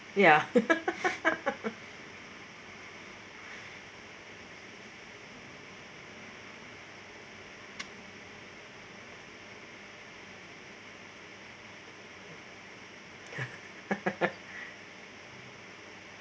ya